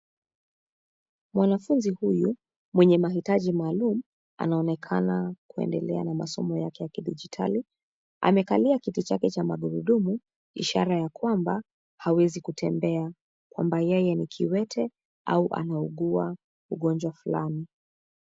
Mwanafunzi huyu mwenye mahitaji maalum anaonekana kuendelea na masomo yake ya kidijitali. Amekalia kiti chake cha magurudumu, ishara ya kwamba hawezi kutembea, kwamba yeye ni kiwete au anaugua ugonjwa flani.